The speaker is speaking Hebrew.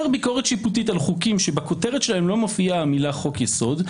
ביקורת שיפוטית על חוקים שבכותרת שלהם לא מופיעה המילה חוק יסוד,